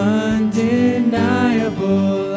undeniable